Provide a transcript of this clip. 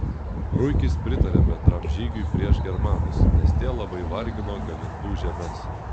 ruikis pritarė bendram žygiui prieš germanus nes tie labai vargino galindų žemes